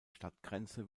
stadtgrenze